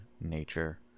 nature